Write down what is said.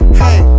hey